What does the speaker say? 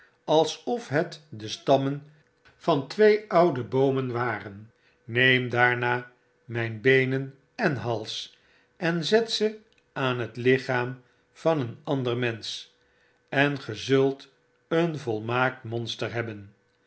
alsof het de stammen van twee oude boomen waren neem daarna mijn beenen en hals en zet ze aan het lichaam van een ander mensch en ge zult een volmaakt monster hebben